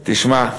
תשמע,